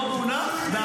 מה היה לא בסדר?